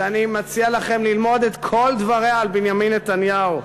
שאני מציע לכם ללמוד את כל דבריה על בנימין נתניהו,